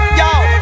yo